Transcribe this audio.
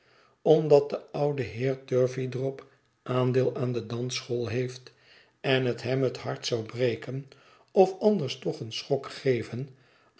omdat de oude heer turveydrop aandeel aan de dansschool heeft en het hem het hart zou breken of anders toch een schok geven